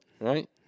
right